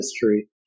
history